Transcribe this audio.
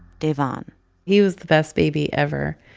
davon he was the best baby ever.